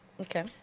Okay